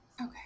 Okay